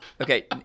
okay